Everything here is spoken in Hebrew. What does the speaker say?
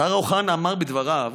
השר אוחנה אמר בדבריו